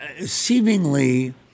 seemingly